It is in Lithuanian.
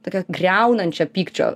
tokią griaunančią pykčio